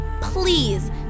Please